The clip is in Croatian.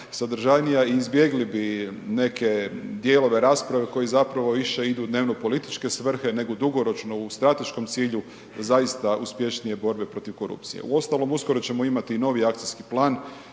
sadržajnija i izbjegli bi neke dijelove rasprave koji zapravo više idu u dnevno političke svrhe nego dugoročno u strateškom cilju zaista uspješnije borbe protiv korupcije. Uostalom uskoro ćemo imati i novi akcijski plan